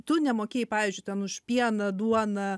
tu nemokėjai pavyzdžiui ten už pieną duoną